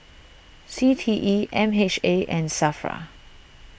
C T E M H A and Safra